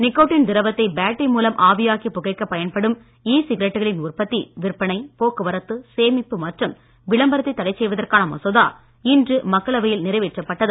nicotine திரவத்தை battery மூலம் ஆவியாக்கிப் புகைக்கப் பயன்படும் இ சிகரெட்டுகளின் உற்பத்தி விற்பனை போக்குவரத்து சேமிப்பு மற்றும் விளம்பரத்தை தடைசெய்வதற்கான மசோதா இன்று மக்களவையில் நிறைவேற்றப்பட்டது